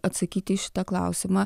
atsakyti į šitą klausimą